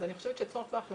אז אני חושבת שצורך בהחלפה,